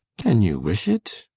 can you wish it?